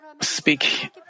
Speak